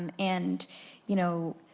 um and you know,